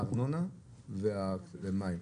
הארנונה והמים.